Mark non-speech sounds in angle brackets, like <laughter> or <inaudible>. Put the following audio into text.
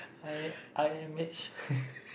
I am I am actually <laughs>